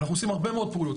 אנחנו עושים הרבה מאוד פעולות.